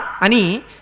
ani